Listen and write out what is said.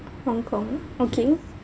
hong kong okay